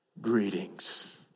greetings